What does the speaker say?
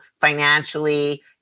financially